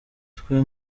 twe